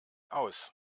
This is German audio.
aus